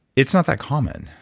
it's not that common.